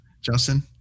Justin